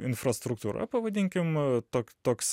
infrastruktūra pavadinkim tok toks